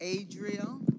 Adriel